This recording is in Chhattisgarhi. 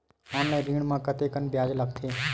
ऑनलाइन ऋण म कतेकन ब्याज लगथे?